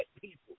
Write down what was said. people